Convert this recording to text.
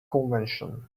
convention